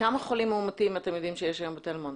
כמה חולים מאומתים אתם יודעים שיש היום בתל מונד?